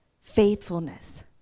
faithfulness